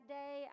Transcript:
day